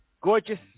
Gorgeous